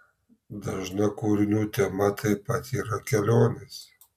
dažna kūrinių tema taip pat yra kelionės